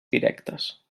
directes